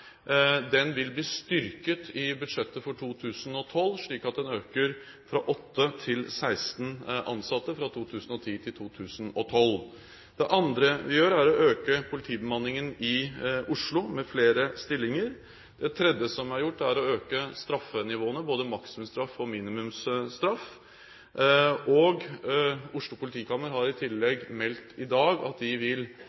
Den vil bli styrket i budsjettet for 2012, slik at den øker fra åtte til 16 ansatte fra 2010 til 2012. Det andre vi gjør, er å øke politibemanningen i Oslo med flere stillinger. Det tredje som er gjort, er å øke straffenivåene, både maksimumsstraff og minimumsstraff. Oslo politikammer har i